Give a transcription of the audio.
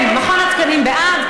מכון התקנים בעד?